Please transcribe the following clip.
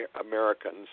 Americans